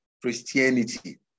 Christianity